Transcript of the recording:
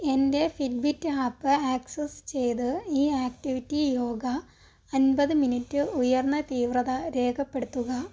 എന്റെ Fitbit app access ചെയ്ത് ഈ ആക്റ്റിവിറ്റി യോഗ അൻമ്പത് മിനിറ്റ് ഉയർന്ന തീവ്രത രേഖപ്പെടുത്തുക